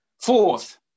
Fourth